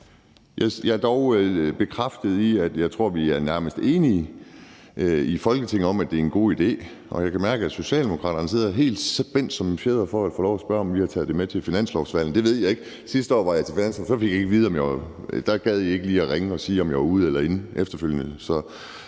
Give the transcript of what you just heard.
Jeg er dog bekræftet i, at vi nærmest er enige i Folketinget om, at det er en god idé, og jeg kan mærke, at Socialdemokraterne sidder helt spændt som en fjeder for at få lov at spørge, om vi har taget det med til finanslovsforhandling. Det ved jeg ikke. Sidste år var jeg til finanslovsforhandling, og der gad I ikke lige at ringe og sige, om jeg var ude eller inde efterfølgende.